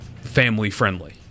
family-friendly